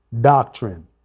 doctrine